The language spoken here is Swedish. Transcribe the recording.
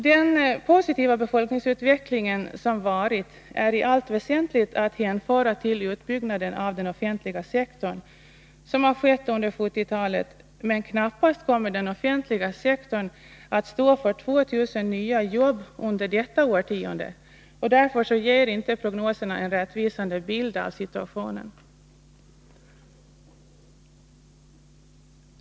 Den positiva befolkningsutveckling som skett är i allt väsentligt att hänföra till utbyggnaden av den offentliga sektorn under 1970-talet, men den offentliga sektorn kommer knappast att stå för 2 000 nya jobb under detta årtionde. Därför ger inte prognoserna en rättvisande bild av situationen.